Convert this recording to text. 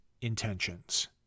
intentions